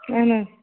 اَہَن حظ